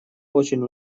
очень